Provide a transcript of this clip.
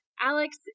Alex